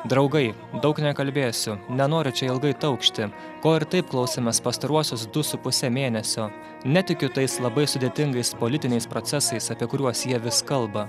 draugai daug nekalbėsiu nenoriu čia ilgai taukšti ko ir taip klausėmės pastaruosius du su puse mėnesio netikiu tais labai sudėtingais politiniais procesais apie kuriuos jie vis kalba